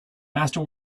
master